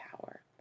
power